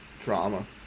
drama